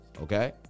okay